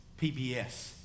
PBS